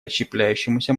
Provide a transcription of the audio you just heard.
расщепляющемуся